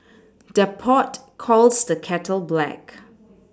the pot calls the kettle black